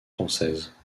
française